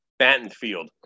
Battenfield